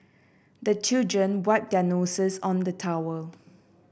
the children wipe their noses on the towel